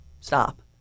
stop